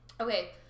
Okay